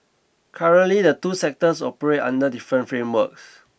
currently the two sectors operate under different frameworks